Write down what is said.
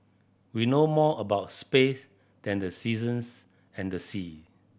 we know more about space than the seasons and the sea